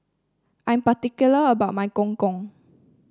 I'm particular about my Gong Gong